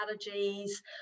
strategies